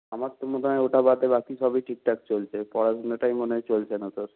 আমার তো মনে হয় ওটা বাদে বাকি সবই ঠিকঠাক চলছে পড়াশোনাটাই মনে হয় চলছে না তোর